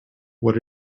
what